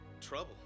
trouble